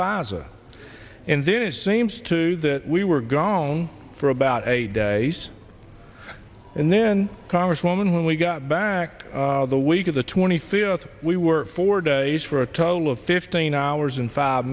fast and then it seems to that we were gone for about a day s and then congresswoman when we got back the week of the twenty fifth we were four days for a total of fifteen hours and five